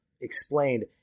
explained